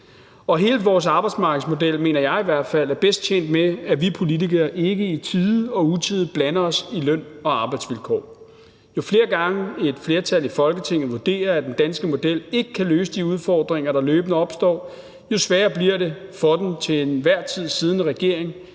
Og hele vores arbejdsmarkedsmodel, mener jeg i hvert fald, er bedst tjent med, at vi politikere ikke i tide og utide blander os i løn- og arbejdsvilkår. Jo flere gange et flertal i Folketinget vurderer, at den danske model ikke kan løse de udfordringer, der løbende opstår, jo sværere bliver det for den til enhver tid siddende regering